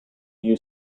new